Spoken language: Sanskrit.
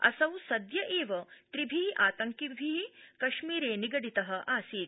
असौ सद्य एव त्रिभि आतंकिभि कश्मीर निगडित आसीत्